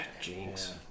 Jinx